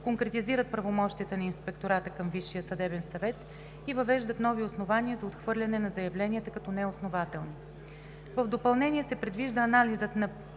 конкретизират правомощията на Инспектората към Висшия съдебен съвет и въвеждат нови основания за отхвърляне на заявленията като неоснователни. В допълнение се предвижда анализът на